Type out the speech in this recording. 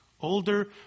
older